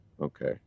Okay